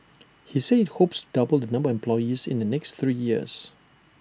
he said IT hopes double the number of employees in the next three years